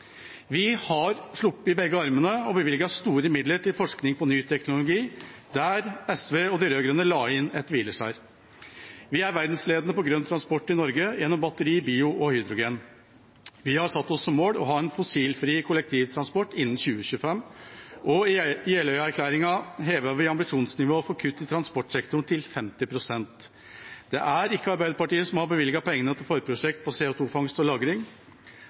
Vi har kastet begge armene og bevilget store midler til forskning på ny teknologi, der SV og de rød-grønne la inn et hvileskjær. Vi er verdensledende på grønn transport i Norge gjennom batteri, bio og hydrogen. Vi har satt oss som mål å ha en fossilfri kollektivtransport innen 2025, og i Jeløya-erklæringen hevet vi ambisjonsnivået for kutt i transportsektoren til 50 pst. Det er ikke Arbeiderpartiet som har bevilget pengene til forprosjekt på CO 2 -fangst og